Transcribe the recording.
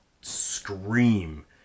scream